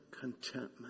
contentment